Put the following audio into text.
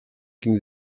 ging